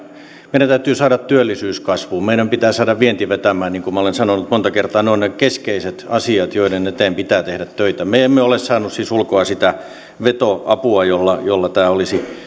meidän täytyy saada työllisyys kasvuun meidän pitää saada vienti vetämään niin kuin minä olen sanonut monta kertaa ne ovat ne keskeiset asiat joiden eteen pitää tehdä töitä me emme ole saaneet siis ulkoa sitä veto apua jolla jolla tämä olisi